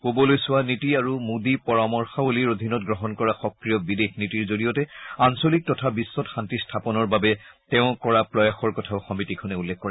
পুবলৈ চোৱা নীতি আৰু মোদী পৰামৰ্শৱলীৰ অধীনত গ্ৰহণ কৰা সক্ৰিয় বিদেশ নীতিৰ জৰিয়তে আঞ্চলিক তথা বিধ্বত শাস্তি স্থাপনৰ বাবে তেওঁ কৰা প্ৰয়াসৰ কথাও সমিতিখনে উল্লেখ কৰে